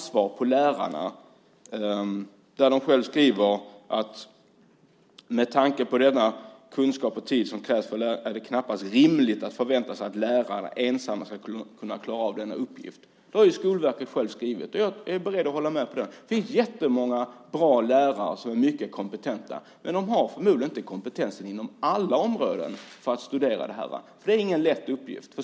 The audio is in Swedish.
Skolverket skriver att med tanke på den kunskap och tid som krävs är det knappast rimligt att vänta sig att lärarna ensamma ska kunna klara av denna uppgift. Detta har Skolverket skrivit, och jag är beredd att hålla med om det. Det finns väldigt många kompetenta lärare, men de har förmodligen inte kompetens att studera detta inom alla områden. Det är ingen lätt uppgift.